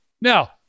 Now